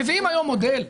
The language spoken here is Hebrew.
מביאים היום מודל,